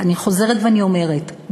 אני חוזרת ואני אומרת,